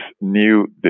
new